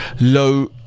Low